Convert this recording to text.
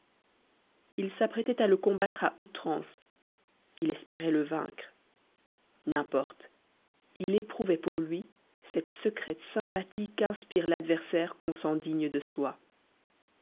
il s'apprêtait à le combattre à outrance il espérait le vaincre n'importe il éprouvait pour lui cette secrète sympathie qu'inspire l'adversaire qu'on sent digne de soi